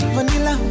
Vanilla